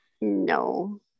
No